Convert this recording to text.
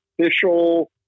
official